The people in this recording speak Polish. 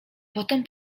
potem